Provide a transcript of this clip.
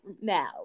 now